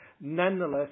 nonetheless